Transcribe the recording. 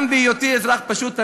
גם בהיותי אזרח פשוט.